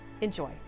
Enjoy